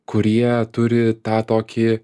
kurie turi tą tokį